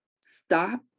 stop